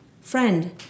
Friend